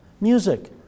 Music